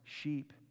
sheep